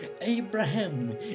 Abraham